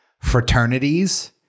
fraternities